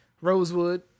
Rosewood